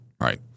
right